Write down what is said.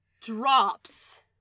drops